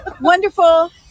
Wonderful